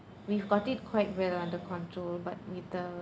we've got it quite well under control but with the